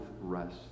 rest